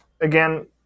again